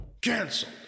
Cancel